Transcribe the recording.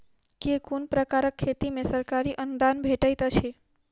केँ कुन प्रकारक खेती मे सरकारी अनुदान भेटैत अछि?